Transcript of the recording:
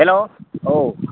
hello औ